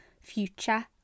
future